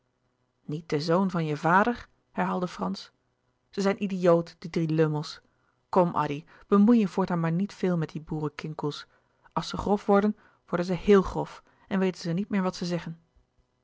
niet de zoon van je vader herhaalde frans ze zijn idioot die drie lummels kom addy bemoei je voortaan maar niet veel met die boerenkinkels als zij grof worden worden zij héel grof en weten zij niet meer wat zij zeggen